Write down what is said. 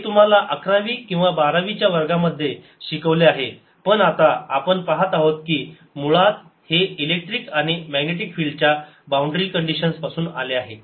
हे तुम्हाला अकरावी किंवा बारावी वर्गात शिकवले आहे पण आता आपण पहात आहोत की मुळात हे इलेक्ट्रिक आणि मॅग्नेटिक फिल्ड च्या बाउंड्री कंडिशन पासून आले आहे